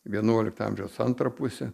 vienuolikto amžiaus antrą pusę